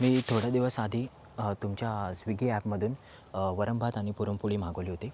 मी थोड्या दिवस आधी तुमच्या स्विगी ॲपमधून वरणभात आणि पुरणपोळी मागवली होती